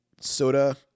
soda